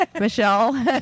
Michelle